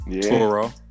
Toro